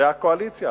זה הקואליציה.